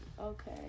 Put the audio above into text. Okay